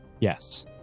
Yes